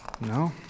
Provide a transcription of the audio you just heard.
No